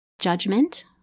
judgment